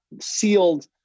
sealed